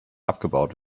abgebaut